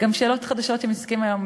גם שאלות חדשות שמתעסקים בהן היום,